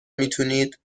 میتونید